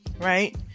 right